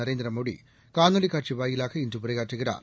நரேந்திரமோடிகாணொலிக் காட்சிவாயிலாக இன்று உரையாற்றுகிறார்